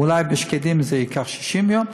אולי בשקדים זה ייקח 60 יום,